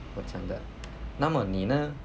我真的那么你呢